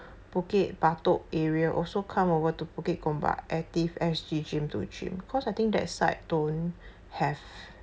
Bukit Batok area also come over to Bukit Gombak Active S_G gym to gym because I think that side don't have